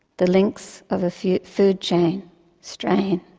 the links of a food food chain strain